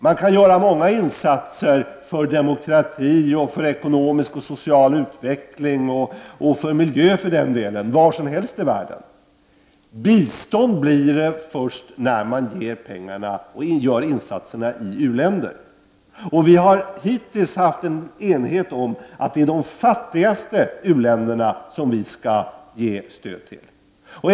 Man kan göra många insatser för demokrati, för ekonomisk och social utveckling och för den delen även för miljön var som helst i världen, men bistånd blir det först när insatserna och pengarna går till u-länder. Vi har hittills haft en enighet om att det är de fattigaste u-länderna som vi skall ge stöd till.